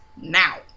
now